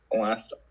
last